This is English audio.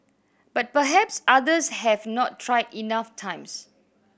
but perhaps others have not tried enough times